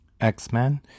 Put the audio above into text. X-Men